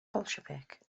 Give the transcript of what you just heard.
bolsiefic